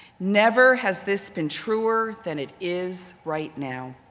never has this been truer than it is right now.